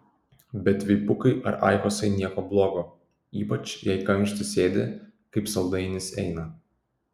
bet veipukai ar aikosai nieko blogo ypač jei kamšty sėdi kaip saldainis eina